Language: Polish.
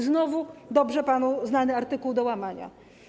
Znowu dobrze znany panu artykuł do łamania.